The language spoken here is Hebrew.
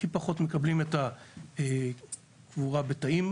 הכי פחות מקבלים את הקבורה בתאים,